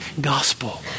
gospel